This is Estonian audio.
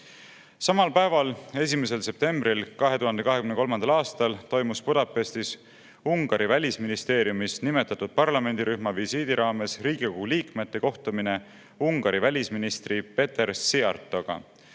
päeval, 1. septembril 2023. aastal toimus Budapestis, Ungari välisministeeriumis nimetatud parlamendirühma visiidi raames Riigikogu liikmete kohtumine Ungari välisministri Péter Szijjártóga,